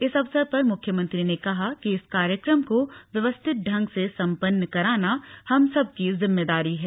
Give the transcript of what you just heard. इस अवसर पर मुख्यमंत्री ने कहा कि इस कार्यक्रम को व्यवस्थित ढंग से सम्पन्न कराना हम सबकी ज़िम्मेदारी है